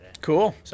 Cool